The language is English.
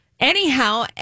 Anyhow